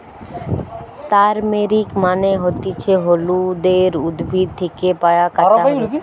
turmeric মানে হতিছে হলুদের উদ্ভিদ থেকে পায়া কাঁচা হলুদ